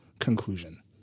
conclusion